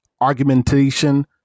argumentation